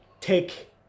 take